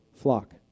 flock